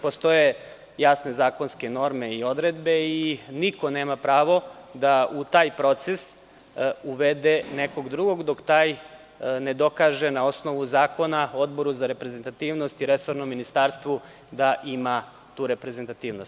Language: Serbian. Postoje jasne zakonske norme i odredbe i niko nema pravo da u taj proces uvede nekog drugog dok taj ne dokaže na osnovu zakona Odboru za reprezentativnost i resornom ministarstvu da ima tu reprezentativnost.